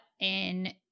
in-